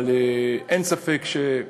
אבל אין ספק,